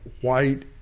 white